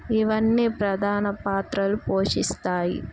ఇవన్నీ ప్రధాన పాత్రలు పోషిస్తాయి